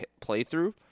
playthrough